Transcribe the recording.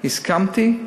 הסכמתי,